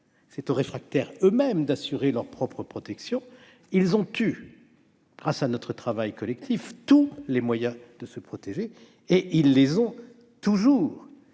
derniers d'assurer eux-mêmes leur propre protection, car ils ont eu, grâce à notre travail collectif, tous les moyens de se protéger et ils les ont toujours.